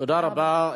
תודה רבה.